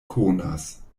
konas